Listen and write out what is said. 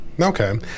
Okay